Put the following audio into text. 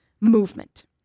movement